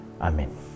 Amen